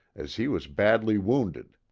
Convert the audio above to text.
as he was badly wounded.